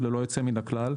ללא יוצא מן הכלל,